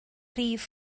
rhif